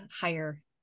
higher